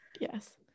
Yes